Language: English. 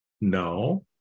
No